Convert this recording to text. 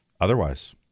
otherwise